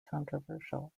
controversial